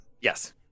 Yes